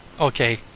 Okay